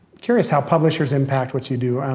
curious how publishers impact what you do.